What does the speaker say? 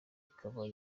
ikaba